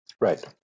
Right